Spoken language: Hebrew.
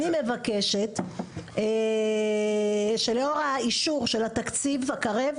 אני מבקשת שלאור האישור של התקציב הקרב,